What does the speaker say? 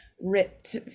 ripped